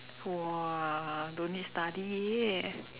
!wah! don't need study eh